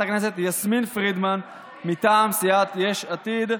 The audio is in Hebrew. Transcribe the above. הכנסת יסמין פרידמן מטעם סיעת יש עתיד.